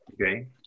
Okay